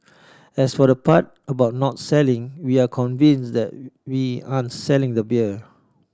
as for the part about not selling we are convinced that we aren't selling the beer